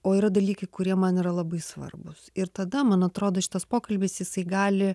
o yra dalykai kurie man yra labai svarbūs ir tada man atrodo šitas pokalbis jisai gali